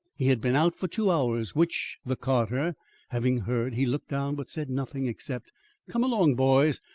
he had been out for two hours which the carter having heard, he looked down, but said nothing except come along, boys!